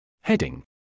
Heading